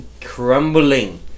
crumbling